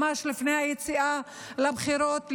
ממש לפני היציאה לבחירות,